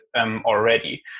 already